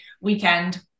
weekend